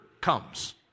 comes